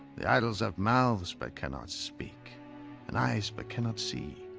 the idols have mouths, but cannot speak and eyes, but cannot see.